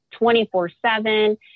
24-7